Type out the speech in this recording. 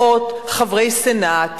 מאות חברי סנאט,